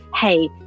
hey